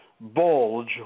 bulge